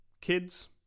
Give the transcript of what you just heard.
kids